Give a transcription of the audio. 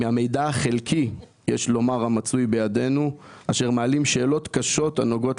אבל המידע החלקי המצוי בידנו מעלה שאלות קשות הנוגעות